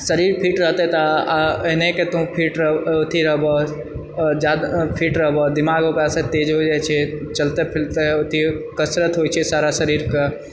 शरीर फिट रहते तऽ एनाहिते तऽ फिट रहबह अथि रहबह आओर जादा फिट रहबह दिमाग ओकरासँ से तेज हो जाइछै चलते फिरते अथि कसरत होइत छै सारा शरीरके